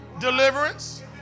deliverance